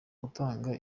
gutanga